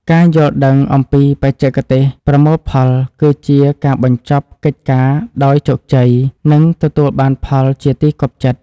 ការយល់ដឹងអំពីបច្ចេកទេសប្រមូលផលគឺជាការបញ្ចប់កិច្ចការដោយជោគជ័យ និងទទួលបានផលជាទីគាប់ចិត្ត។